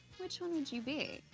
which one would you be?